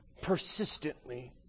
persistently